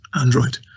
Android